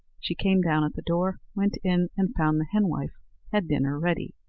she came down at the door, went in, and found the henwife had dinner ready.